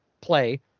play –